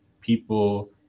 people